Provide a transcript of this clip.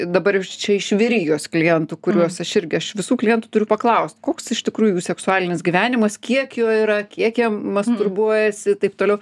dabar jau čia iš vyrijos klientų kuriuos aš irgi aš visų klientų turiu paklaust koks iš tikrųjų jų seksualinis gyvenimas kiek jo yra kiek jie masturbuojasi taip toliau